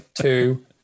two